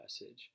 message